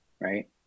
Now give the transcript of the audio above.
right